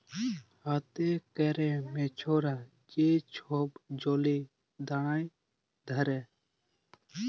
হাতে ক্যরে মেছরা যে ছব জলে দাঁড়ায় ধ্যরে